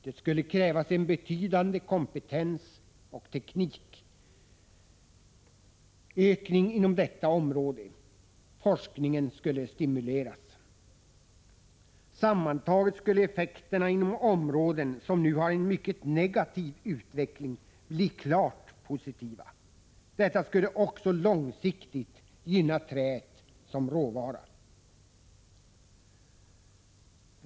Det skulle krävas en betydande kompetensoch teknikökning inom detta område, och forskningen skulle stimuleras. Sammantaget skulle effekterna inom områden som nu har en mycket negativ utveckling bli klart positiva. Detta skulle också långsiktigt gynna träet som råvara.